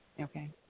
Okay